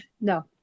no